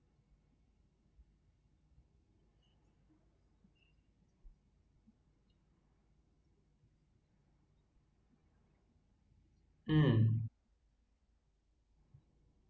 hmm